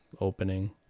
opening